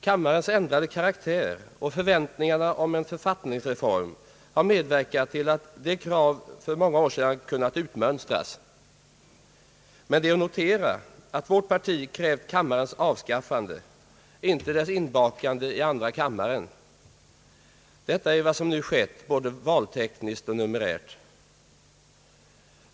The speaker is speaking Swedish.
Kammarens ändrade karaktär och förväntningarna om cen författningsreform har medverkat till att detta krav för många år sedan kunnat utmönstras. Men det bör noteras att vårt parti har krävt kammarens avskaffande, inte dess inbakande i andra kammaren. Det är detta senare som nu skett både valtekniskt och numerärt.